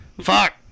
fuck